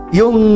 yung